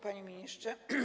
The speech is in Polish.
Panie Ministrze!